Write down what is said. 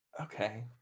Okay